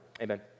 Amen